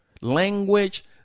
language